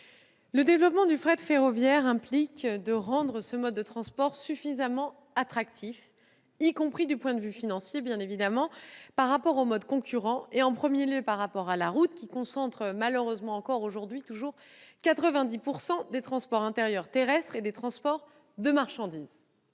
le développement du fret ferroviaire implique de rendre ce mode de transport suffisamment attractif, y compris, bien évidemment, du point de vue financier, par rapport aux modes concurrents, et en premier lieu par rapport à la route, qui concentre malheureusement encore aujourd'hui 90 % des transports intérieurs terrestres et des transports de marchandises.